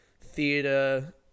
theatre